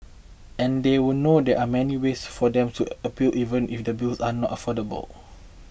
and they would know there are many ways for them to appeal even if the bills are not affordable